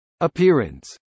Appearance